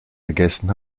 gegessen